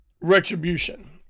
retribution